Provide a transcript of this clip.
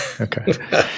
Okay